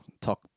talk